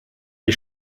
die